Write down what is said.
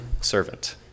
servant